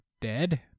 dead